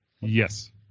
Yes